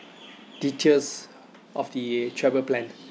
details of the travel plan